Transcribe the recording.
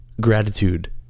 Gratitude